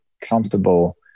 comfortable